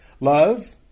Love